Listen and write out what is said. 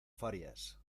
farias